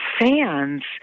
fans